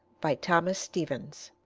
by thomas stevens